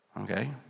Okay